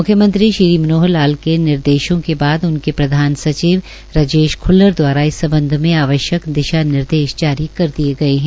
मुख्यमंत्री श्री मनोहर लाल के निर्देशों के बाद उनके प्रधान सचिव श्री राजेश ख्ल्लर द्वारा इस सम्बध में आवश्यक दिशा निर्देश जारी कर दिए गए है